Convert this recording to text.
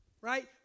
right